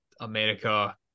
America